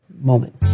moment